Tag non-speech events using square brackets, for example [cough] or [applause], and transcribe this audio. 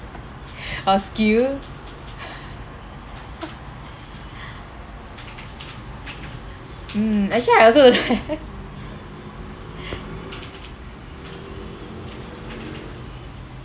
or skill [laughs] mm actually I also don't have [laughs]